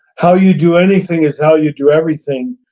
how you do anything is how you do everything.